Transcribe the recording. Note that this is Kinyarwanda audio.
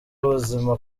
ubuzima